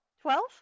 Twelve